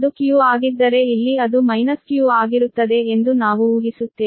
ಅದು q ಆಗಿದ್ದರೆ ಇಲ್ಲಿ ಅದು ಮೈನಸ್ q ಆಗಿರುತ್ತದೆ ಎಂದು ನಾವು ಊಹಿಸುತ್ತೇವೆ